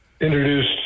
introduced